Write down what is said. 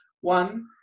one